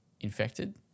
infected